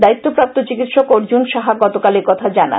দায়িত্ব প্রাপ্ত চিকিৎসক অর্জুন সাহা গতকাল একথা জানান